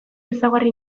ezaugarri